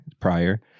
prior